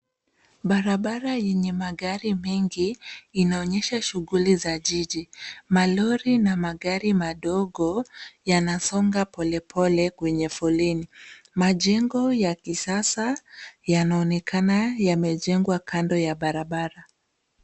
Barabara yenye magari mengi inaonyesha shughuli za jiji. Malori na magari madogo yanasonga polepole kwenye foleni. Majengo ya kisasa yanaonekana yamejengwa kando ya barabara.